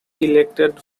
elected